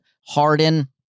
Harden